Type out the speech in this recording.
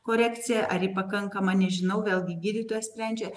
korekcija ar ji pakankama nežinau vėlgi gydytojas sprendžia